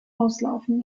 auslaufen